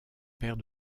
père